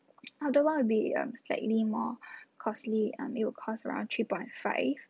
other one would be um slightly more costly um it will cost around three point five